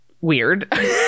weird